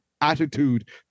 attitude